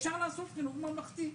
אפשר לעשות חינוך ממלכתי,